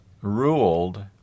ruled